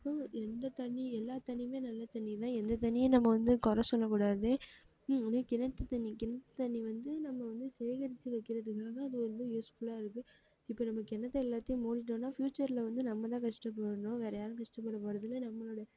எந்த தண்ணி எல்லாம் தண்ணியுமே நல்ல தண்ணி தான் எந்த தண்ணியும் நம்ம வந்து குறை சொல்லக்கூடாது ம் அதே கிணத்து தண்ணி கிணத் தண்ணி வந்து நம்ம வந்து சேகரித்து வைக்கிறதுக்காக அது வந்து யூஸ்ஃபுல்லாக இருக்குது இப்போ நம்ம கிணத்த எல்லாத்தையும் மூடிவிட்டோன்னா ஃப்யூச்சரில் வந்து நம்ம தான் கஷ்டப்படணும் வேறு யாரும் கஷ்டப்பட போவதில்ல நம்மளோட